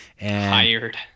hired